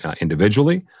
individually